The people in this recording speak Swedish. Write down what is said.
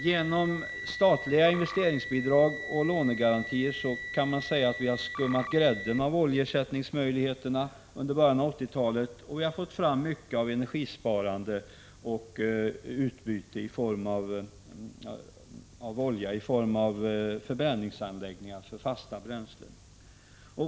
Man kan säga att vi i början av 1980-talet genom statliga investeringsbidrag och lånegarantier har skummat grädden av olika oljeersättningsmöjligheter. Vi har fått fram mycket av energisparande och utbyte av olja genom förbränningsanläggningar för fasta bränslen.